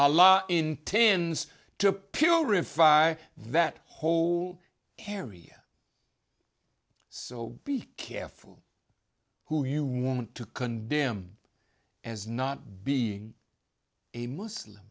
intends to purify that whole area so be careful who you want to condemn as not being a muslim